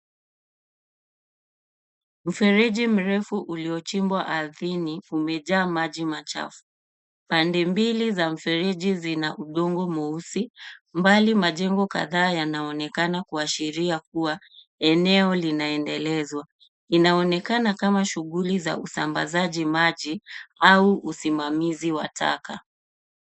Mferiji mrefu uliochimbwa arthini, umejaa maji machafu. Pande mbili za mferiji zina udongo mweusi, mbali majengo kathaa yanaonekana kwashiria kuwa eneo linaendelezwa. Inaonekana kama shuguli za usambazaji maji au usimamizi wa taka.